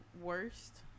worst